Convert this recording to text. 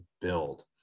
build